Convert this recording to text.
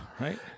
right